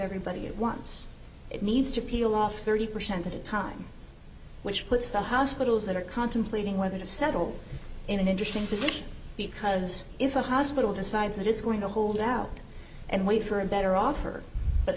everybody it wants it needs to peel off thirty percent at a time which puts the hospitals that are contemplating whether to settle in an interesting position because if a hospital decides that it's going to hold out and wait for a better offer but